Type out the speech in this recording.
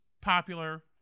popular